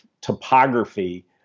topography